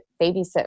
babysit